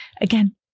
again